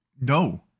No